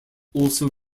also